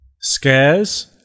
scares